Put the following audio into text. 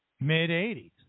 Mid-80s